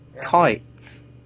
kites